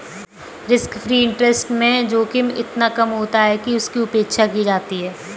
risk free interest rate में जोखिम इतना कम होता है कि उसकी उपेक्षा की जाती है